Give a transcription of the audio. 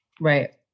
right